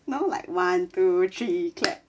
no like one two three clap